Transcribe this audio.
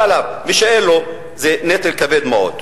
עליו ומי שאין לו זה נטל כבד מאוד עליו.